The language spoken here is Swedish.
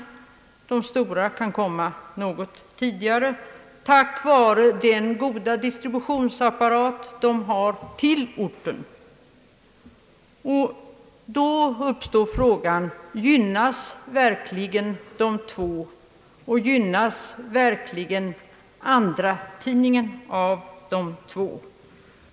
De stora kan komma något tidigare tack vare den goda apparat de har för distribution till orten. Då uppstår frågan, om de två verkligen gynnas och om andratidningen gynnas av de två.